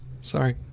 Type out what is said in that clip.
Sorry